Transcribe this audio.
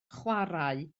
chwarae